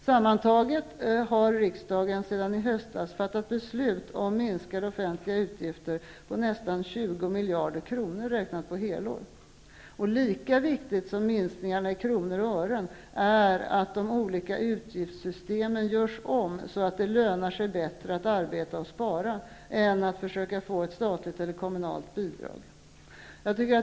Sammantaget har riksdagen sedan i höstas fattat beslut om minskade offentliga utgifter på nästan 20 miljarder kronor, räknat på helår. Lika viktigt som minskningarna i kronor och ören är att de olika utgiftssystemen görs om så att det lönar sig bättre att arbeta och spara än att försöka få ett statligt eller kommunalt bidrag.